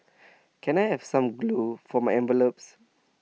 can I have some glue for my envelopes